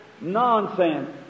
Nonsense